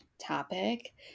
topic